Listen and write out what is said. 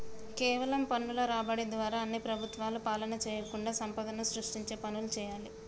కేవలం పన్నుల రాబడి ద్వారా అన్ని ప్రభుత్వాలు పాలన చేయకుండా సంపదను సృష్టించే పనులు చేయాలి